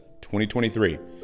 2023